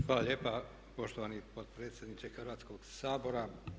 Hvala lijepa, poštovani potpredsjedniče Hrvatskoga sabora.